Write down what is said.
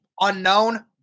unknown